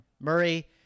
Murray